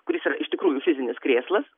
kuris yra iš tikrųjų fizinis krėslas